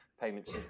payments